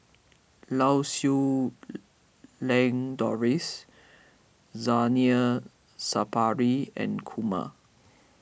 Lau Siew Lang Doris Zainal Sapari and Kumar